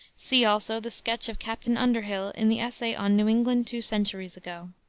see also the sketch of captain underhill in the essay on new england two centuries ago.